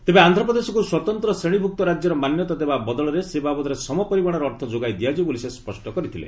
ତେବେ ଆନ୍ଧ୍ରପ୍ରଦେଶକୁ ସ୍ୱତନ୍ତ୍ର ଶ୍ରେଣୀଭୁକ୍ତ ରାଜ୍ୟର ମାନ୍ୟତା ଦେବା ବଦଳରେ ସେ ବାବଦରେ ସମ ପରିମାଣର ଅର୍ଥ ଯୋଗାଇ ଦିଆଯିବ ବୋଲି ସେ ସ୍ୱଷ୍ଟ କରିଦେଇଥିଲେ